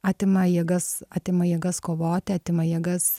atima jėgas atima jėgas kovoti atima jėgas